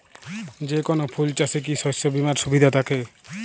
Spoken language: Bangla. যেকোন ফুল চাষে কি শস্য বিমার সুবিধা থাকে?